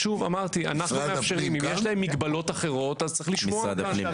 אם יש להם מגבלות אחרות אז צריך לשמוע אותן.